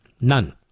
None